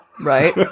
Right